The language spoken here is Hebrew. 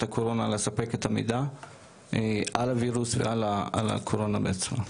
הקורונה לספק את המידע על הווירוס ועל הקורונה עצמה.